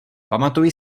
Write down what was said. pamatuji